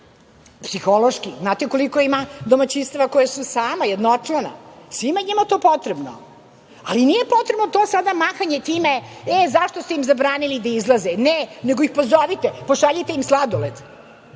psihološki. Znate koliko ima domaćinstava koja su sama jednočlana, svima njima je to potrebno, ali nije potrebno to sada mahanje time – e, zašto ste im zabranili da izlaze, ne, nego ih pozovite, pošaljite im sladoled.